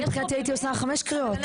אני מבחינתי הייתי עושה חמש קריאות.